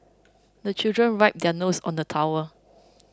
the children wipe their noses on the towel